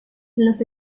los